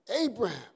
Abraham